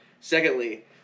Secondly